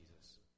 Jesus